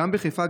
גם בחיפה,